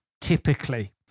typically